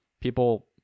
People